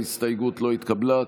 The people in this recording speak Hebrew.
ההסתייגות לא התקבלה.